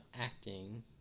acting